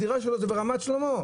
הדירה שלו היא ברמת שלמה,